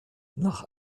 nach